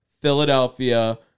Philadelphia